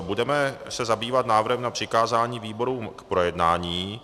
Budeme se zabývat návrhem na přikázání výborům k projednání.